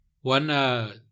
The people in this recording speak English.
One